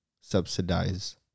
subsidize